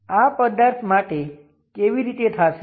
આ પદાર્થ માટે કેવી રીતે થાશે